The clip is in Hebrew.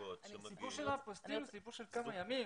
הסיפור של האפוסטיל הוא סיפור של כמה ימים.